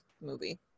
movie